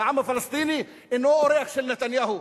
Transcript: והעם הפלסטיני אינו אורח של נתניהו,